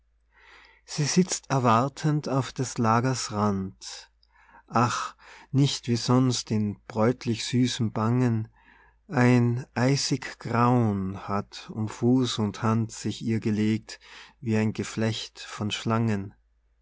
sie sitzt erwartend auf des lagers rand ach nicht wie sonst in bräutlich süßem bangen ein eisig grauen hat um fuß und hand sich ihr gelegt wie ein geflecht von schlangen